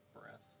breath